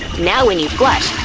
now when you flush,